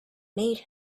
made